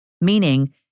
Meaning